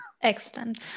Excellent